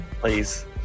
Please